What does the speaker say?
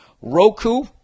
roku